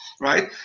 right